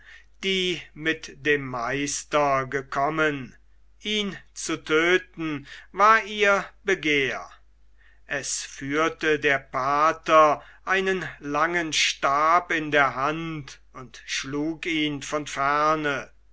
die mit dem meister gekommen ihn zu töten war ihr begehr es führte der pater einen langen stab in der hand und schlug ihn von ferne